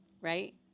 Right